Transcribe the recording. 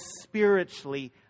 spiritually